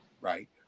right